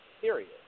Period